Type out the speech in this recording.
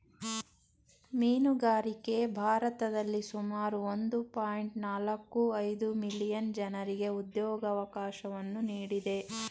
ಮೀನುಗಾರಿಕೆ ಭಾರತದಲ್ಲಿ ಸುಮಾರು ಒಂದು ಪಾಯಿಂಟ್ ನಾಲ್ಕು ಐದು ಮಿಲಿಯನ್ ಜನರಿಗೆ ಉದ್ಯೋಗವಕಾಶವನ್ನು ನೀಡಿದೆ